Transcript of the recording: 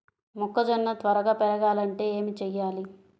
మొక్కజోన్న త్వరగా పెరగాలంటే ఏమి చెయ్యాలి?